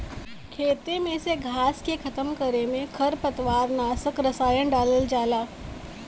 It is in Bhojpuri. खेते में से घास के खतम करे में खरपतवार नाशक रसायन डालल जाला